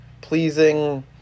pleasing